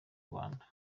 rwanda